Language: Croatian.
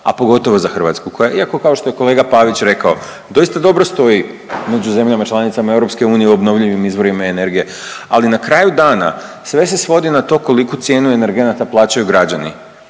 a pogotovo za Hrvatsku koja iako kao što je kolega Pavić rekao doista dobro stoji među zemljama članicama EU o obnovljivim izvorima energije. Ali na kraju dana sve se svodi na to koliku cijenu energenata plaćaju građani